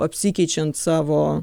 apsikeičiant savo